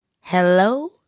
Hello